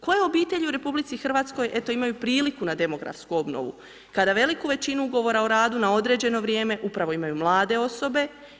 Koja obitelj u RH eto imaju priliku na demografsku obnovu kada veliku većinu ugovora o radu na određeno vrijeme upravo imaju mlade osobe?